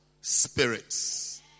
spirits